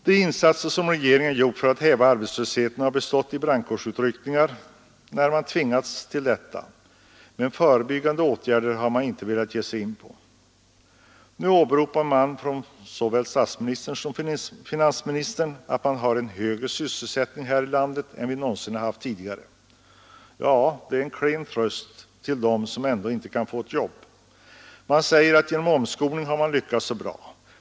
De insatser som regeringen gjort för att häva arbetslösheten har bestått i brandkårsutryckningar när man tvingats till detta, men förebyggande åtgärder har man inte velat ge sig in på. Nu åberopar såväl statsministern som finansministern att vi har en högre sysselsättning här i landet än vi någonsin haft tidigare. Ja, det är en klen tröst till dem som ändå inte kan få ett jobb. Man säger att man genom omskolning har lyckats mycket bra.